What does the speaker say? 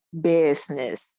business